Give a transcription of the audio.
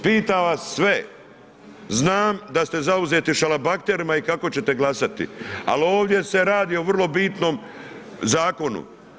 Pitam vas sve, znam da ste zauzeti šalabahterima i kako ćete glasati ali ovdje se radi o vrlo bitnom zakonu.